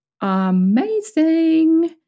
amazing